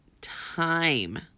time